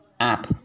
app